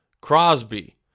Crosby